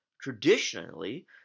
Traditionally